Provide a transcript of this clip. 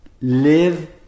live